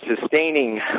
sustaining